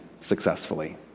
successfully